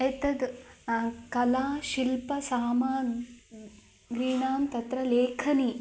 एतद् कलाशिल्प सामग्रीणां तत्र लेखनी